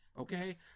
Okay